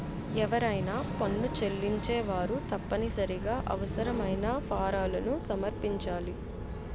ఎవరైనా పన్ను చెల్లించేవారు తప్పనిసరిగా అవసరమైన ఫారాలను సమర్పించాలి